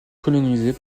colonisées